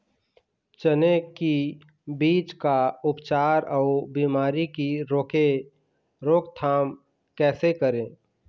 चने की बीज का उपचार अउ बीमारी की रोके रोकथाम कैसे करें?